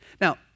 Now